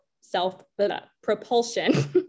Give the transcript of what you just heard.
self-propulsion